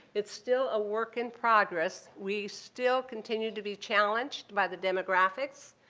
it's still a work in progress. we still continue to be challenged by the demographics.